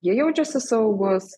jie jaučiasi saugūs